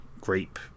grape